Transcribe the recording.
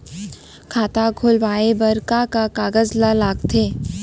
खाता खोलवाये बर का का कागज ल लगथे?